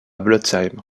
blotzheim